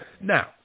Now